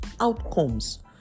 outcomes